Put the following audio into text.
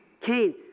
Cain